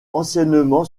anciennement